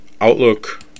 Outlook